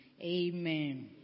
amen